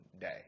day